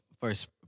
first